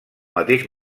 mateix